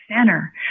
Center